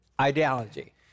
ideology